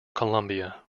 colombia